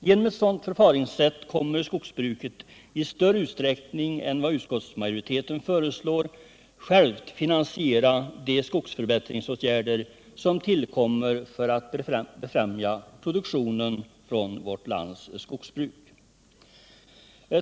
Genom ett sådant förfaringssätt kommer skogsbruket i större utsträckning än vad utskottsmajoriteten föreslår att självt finansiera de skogsförbättringsåtgärder som tillkommer för att befrämja produktionen i vårt lands skogsbruk.